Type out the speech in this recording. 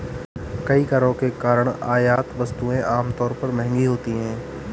कई करों के कारण आयात वस्तुएं आमतौर पर महंगी होती हैं